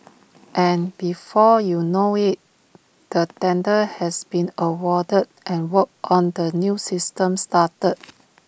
and before you know IT the tender has been awarded and work on the new system started